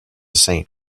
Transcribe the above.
saint